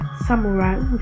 Samurai